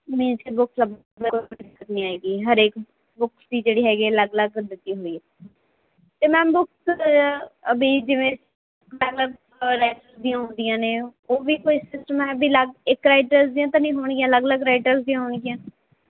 means ਕਿ books ਲੱਭਣ 'ਚ ਕੋਈ ਦਿੱਕਤ ਨਹੀਂ ਆਏਗੀ ਹਰੇਕ ਬੁੱਕਸ ਦੀ ਜਿਹੜੀ ਹੈਗੀ ਆ ਅਲੱਗ ਅਲੱਗ ਲੱਗੀ ਹੁੰਦੀ ਹੈ ਅਤੇ ਮੈਮ ਬੁੱਕਸ ਵੀ ਜਿਵੇਂ ਮਤਲਬ ਰਾਈਟਰਸ ਦੀਆਂ ਹੁੰਦੀਆਂ ਨੇ ਉਹ ਵੀ ਕੋਈ ਸਿਸਟਮ ਹੈ ਵੀ ਅਲੱਗ ਇੱਕ ਰਾਈਟਰਸ ਦੀਆਂ ਤਾਂ ਨਹੀਂ ਹੋਣਗੀਆਂ ਅਲੱਗ ਅਲੱਗ ਰਾਈਟਰਸ ਦੀਆਂ ਹੋਣਗੀਆਂ